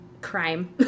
crime